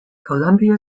columbia